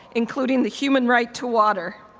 including the human right to water.